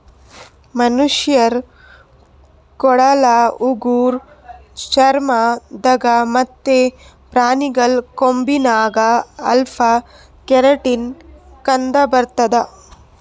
ಮನಶ್ಶರ್ ಕೂದಲ್ ಉಗುರ್ ಚರ್ಮ ದಾಗ್ ಮತ್ತ್ ಪ್ರಾಣಿಗಳ್ ಕೊಂಬಿನಾಗ್ ಅಲ್ಫಾ ಕೆರಾಟಿನ್ ಕಂಡಬರ್ತದ್